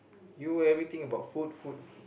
you everything about food food food